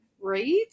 Right